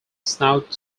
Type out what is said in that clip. snout